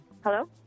Hello